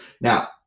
Now